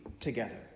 together